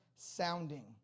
sounding